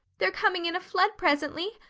they're coming in a flood presently.